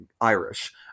Irish